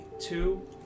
two